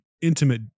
intimate